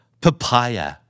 papaya